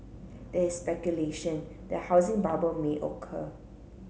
there is speculation that housing bubble may occur